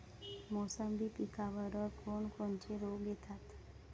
मोसंबी पिकावर कोन कोनचे रोग येतात?